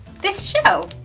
this show.